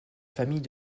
famille